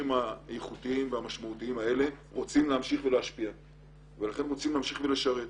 האיכותיים הללו רוצים להמשיך להשפיע ולכן רוצים להמשיך ולשרת.